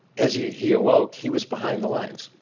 as he he awoke he was behind the lines.